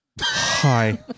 Hi